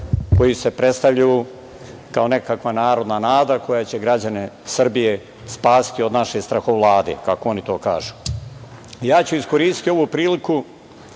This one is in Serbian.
koje se predstavljaju kao nekakva narodna nada koja će građane Srbije spasiti od naše strahovlade, kako oni to kažu. Iskoristiću ovu priliku